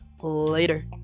Later